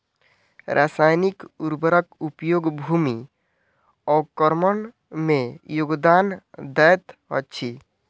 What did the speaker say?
रासायनिक उर्वरक उपयोग भूमि अवक्रमण में योगदान दैत अछि